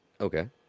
okay